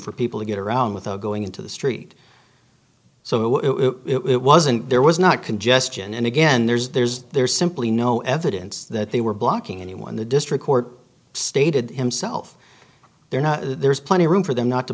for people to get around without going into the street so it wasn't there was not congestion and again there's there's there's simply no evidence that they were blocking anyone the district court stated himself they're not there's plenty of room for them not to